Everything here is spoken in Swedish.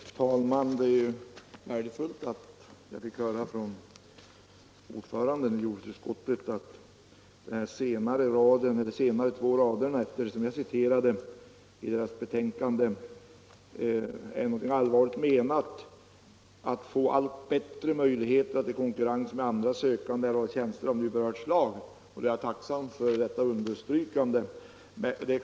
Herr talman! Det var värdefullt att jag från ordföranden i jordbruksutskottet fick höra, att följande två rader efter de ord i utskottets betänkande som jag tidigare citerade är allvarligt menade: ”Utskottet utgår emellertid från att samerna bör få allt bättre möjligheter att i konkurrens med andra sökande erhålla tjänster av nu berört slag.” Jag är tacksam för detta uttalande.